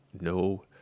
no